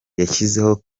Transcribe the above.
yashyizeho